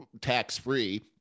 tax-free